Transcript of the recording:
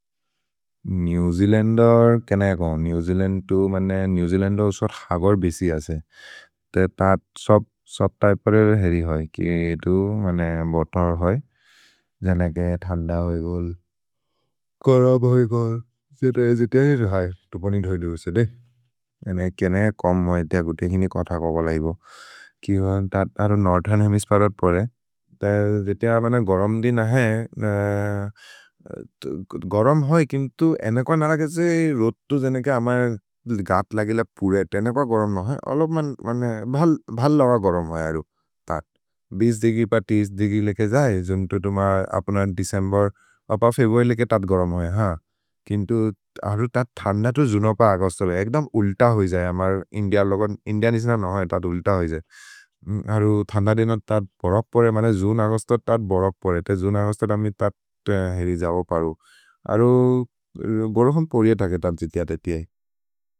नेव् जेअलन्देर् केन एको?। नेव् जेअलन्देर् मन्ने नेव् जेअलन्देर् सोत् हगर् बिसि असे। ते त सप्तय्पेरेर् हेरि होइ कि एतु मन्ने बोतर् होइ। जन के थन्द होइ गोल्। करब् होइ गोल्। से तो एजेति अहेजु है। तोपनि धोइदु होइ से दे। एने केने कम् होइ। ते अगुति एकिनि कथ को बल इबो। कि होइ, त अरु नोर्थ् अन्द् अमिश् परत् परे। ते जेते अबन गरम् दिन् अहे। गरम् होइ, केन्तु एनेको नरगे से रोत्तु जेनेके अमर् गत् लगिल पुरे। ते एनेको गरम् नहि। अलोब् मन्ने भल् लग गरम् होइ अरु। भिश् दिगि प तिश् दिगि लेके जै। जुन्तु तुम्ह अप्न देचेम्बेर्। अप फेब्रुअर्य् लेके तत् गरम् होइ। किन्तु अरु तत् थन्द तु जुने, औगुस्त् होइ। एक्दम् उल्त होइ जै। अमर् इन्दिअन् लोगोन्। इन्दिअन् इस्न नहि होइ। तत् उल्त होइ जै। अरु थन्द देन तत् बरक् परे। मन्ने जुने, औगुस्त् तत् बरक् परे। जुने, औगुस्त् तत् अमिर् तत् हेरि जगो परु। अरु गोरोहोन् पोरिए थगे तम् छिथिअते तिए।